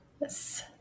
Yes